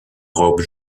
robe